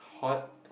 hot